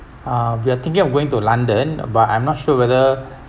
um we are thinking of going to london but I'm not sure whether